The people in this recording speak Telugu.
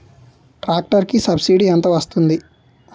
ట్రాక్టర్ కి సబ్సిడీ ఎంత వస్తుంది?